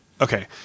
Okay